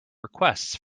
requests